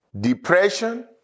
Depression